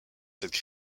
cette